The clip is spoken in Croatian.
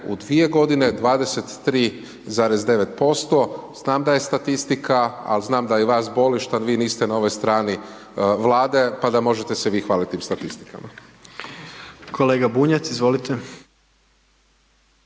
u 2 g. 23,9% znam da je statistika, ali znam da i vas boli, što vi niste na ovoj strani i vlade pa da možete se i vi hvaliti sa statistikama. **Jandroković,